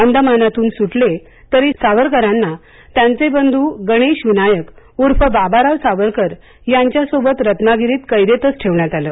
अंदमानातून सुटले तरी सावरकरांना त्यांचे बंधू गणेश विनायक ऊर्फ बाबाराव सावरकर यांच्यासोबत रत्नागिरीत कैदेतच ठेवण्यात आलं